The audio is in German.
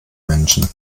menschen